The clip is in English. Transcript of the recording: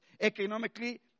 Economically